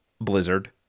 blizzard